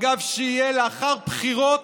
אגב, שיהיה לאחר בחירות,